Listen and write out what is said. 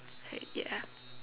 right ya